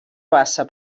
bassa